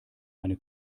eine